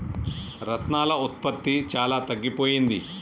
రత్నాల ఉత్పత్తి చాలా తగ్గిపోయింది